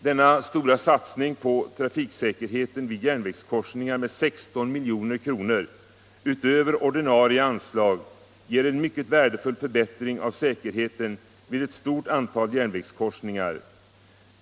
Denna stora satsning på trafiksäkerheten vid järnvägskorsningar med 16 milj.kr. utöver ordinarie anslag ger en mycket värdefull förbättring av säkerheten vid ett stort antal järnvägskorsningar.